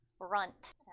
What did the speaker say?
runt